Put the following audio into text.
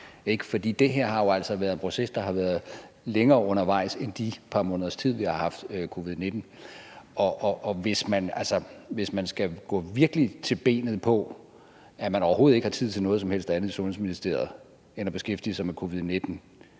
For det her har jo altså været en proces, der har været længere undervejs end de par måneders tid, vi har haft covid-19. Og hvis man skal gå virkelig til benet på, at man overhovedet ikke har tid til noget som helst andet i Sundhedsministeriet end at beskæftige sig med covid-19,